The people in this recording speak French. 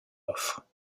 offre